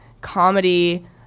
comedy